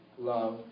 love